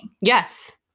Yes